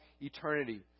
eternity